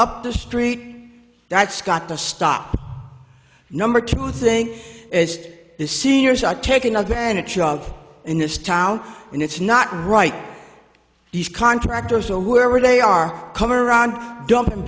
up the street that's got to stop number two thing is the seniors are taking advantage of in this town and it's not right these contractors or whoever they are come around dumping